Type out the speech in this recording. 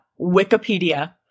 Wikipedia